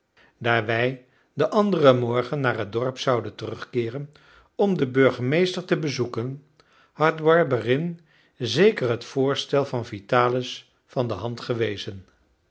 wij den anderen morgen naar het dorp zouden terugkeeren om den burgemeester te bezoeken had barberin zeker het voorstel van vitalis van de hand gewezen